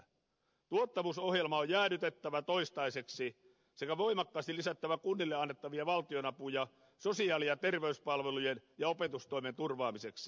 tuottavuusohjelma on jäädytettävä toistaiseksi sekä voimakkaasti lisättävä kunnille annettavia valtionapuja sosiaali ja terveyspalvelujen ja opetustoimen turvaamiseksi